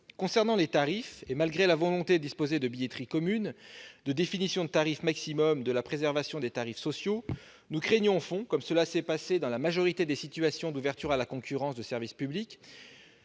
Concernant les tarifs, et malgré la volonté de disposer de billetteries communes, de définir des tarifs maximums et de préserver les tarifs sociaux, nous craignons, au fond, comme cela s'est passé dans la majorité des situations d'ouverture à la concurrence de services publics,